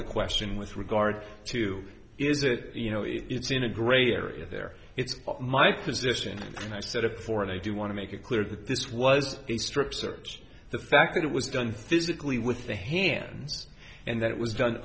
the question with regard to is it you know if it's in a gray area there it's my position and i've said it before and i do want to make it clear that this was a strip search the fact that it was done physically with the hands and that it was done